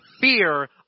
fear